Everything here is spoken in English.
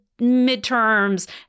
midterms